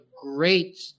great